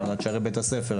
או עד שערי בית הספר.